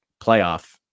playoff